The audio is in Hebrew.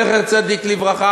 זכר צדיק לברכה,